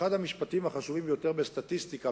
הוא שאחד המשפטים החשובים ביותר בסטטיסטיקה,